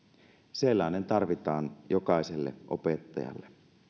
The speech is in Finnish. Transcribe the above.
sellainen tarvitaan jokaiselle opettajalle